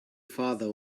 farther